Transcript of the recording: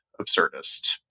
absurdist